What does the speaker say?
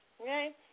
okay